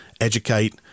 educate